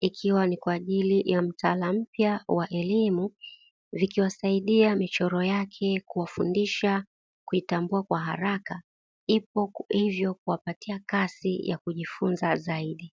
ikiwa ni kwa ajili ya mtaala mpya wa elimu, vikiwasaidia michoro yake kuwafundisha kuitambua kwa haraka hivyo kuwapatia kasi ya kujifunza zaidi.